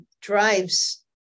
drives